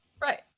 Right